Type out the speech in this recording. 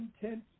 intent